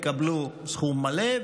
יקבלו סכום מלא,